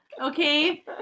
Okay